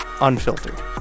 unfiltered